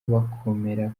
bakomera